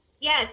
Yes